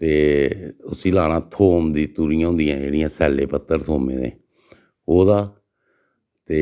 ते उसी लाना थोम दी तूरियां होंदियां जेह्ड़िया सैले पत्तर थोमें दे ओह्दा ते